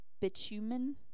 bitumen